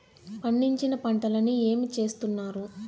పండించిన పంటలని ఏమి చేస్తున్నారు?